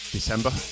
December